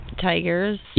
Tigers